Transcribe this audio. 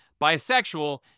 bisexual